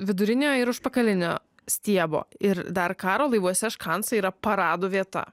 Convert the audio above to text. viduriniojo ir užpakalinio stiebo ir dar karo laivuose škansai yra paradų vieta